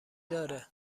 داره